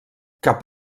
cap